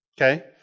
Okay